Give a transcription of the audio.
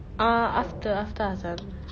uh after after hassan